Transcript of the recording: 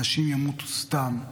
אנשים ימותו סתם.